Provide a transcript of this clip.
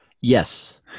Yes